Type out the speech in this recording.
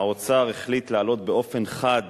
האוצר החליט להעלות באופן חד